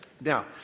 Now